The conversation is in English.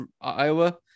iowa